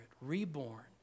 reborn